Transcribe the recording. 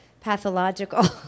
pathological